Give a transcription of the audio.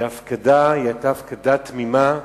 כי ההפקדה היתה הפקדה תמימה?